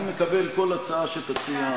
אני מקבל כל הצעה שתציע המציעה.